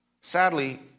Sadly